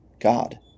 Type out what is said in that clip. God